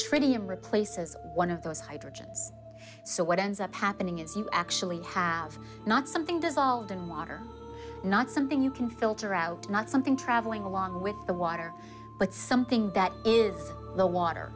tritium replaces one of those hydrogen so what ends up happening is you actually have not something dissolved in water not something you can filter out not something travelling along with the water but something that is the water